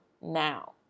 now